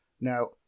Now